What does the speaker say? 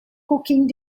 cooking